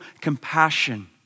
compassion